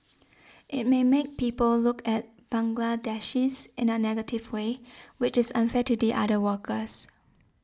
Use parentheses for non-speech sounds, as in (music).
(noise) it may make people look at Bangladeshis in a negative way which is unfair to the other workers